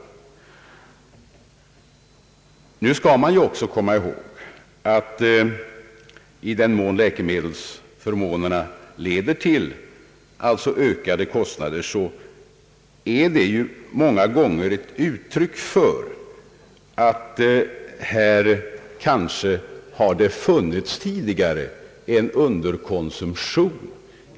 Man skall också komma ihåg att i den mån läkemedelsförmånerna leder till ökade kostnader, så är detta många gånger ett uttryck för att det tidigare varit en underkonsumtion.